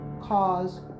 cause